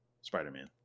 Spider-Man